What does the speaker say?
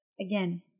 Again